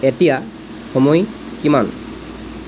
এতিয়া সময় কিমান